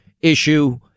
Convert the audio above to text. issue